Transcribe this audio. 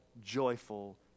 joyful